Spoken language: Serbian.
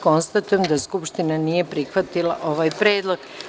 Konstatujem da Narodna skupština nije prihvatila ovaj predlog.